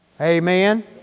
Amen